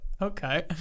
okay